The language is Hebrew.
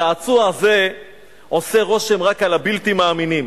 צעצוע זה עושה רושם רק על הבלתי-מאמינים,